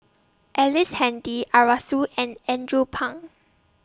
Ellice Handy Arasu and Andrew Phang